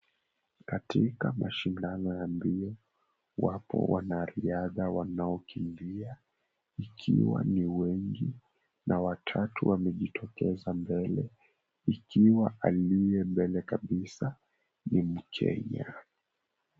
Katika mashindano ya mbio wapo wanariadha wanaokimbia ikiwa ni wengi, na watatu wamejitokeza mbele ikiwa aliye mbele kabisa ni Mkenya.